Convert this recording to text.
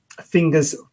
fingers